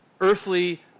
earthly